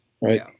right